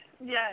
Yes